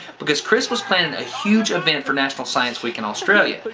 because chris was planning a huge event for national science week in australia.